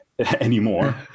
anymore